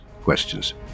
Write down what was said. questions